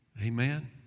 Amen